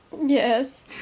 Yes